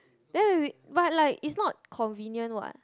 then when we but like is not convenient [what]